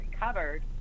recovered